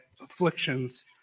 afflictions